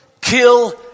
kill